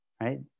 right